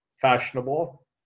fashionable